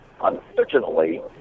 Unfortunately